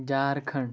Jharkhand